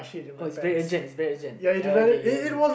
oh it's very urgent it's very urgent ya okay